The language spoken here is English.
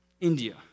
India